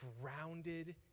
grounded